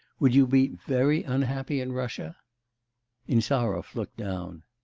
would you be very unhappy in russia insarov looked down.